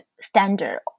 standard